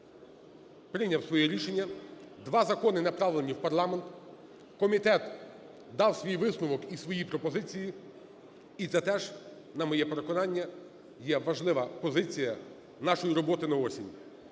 прийняв своє рішення. Два закони направлені в парламент, комітет дав свій висновок і свої пропозиції. І це теж, на моє переконання, є важлива позиція нашої роботи на осінь.